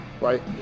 right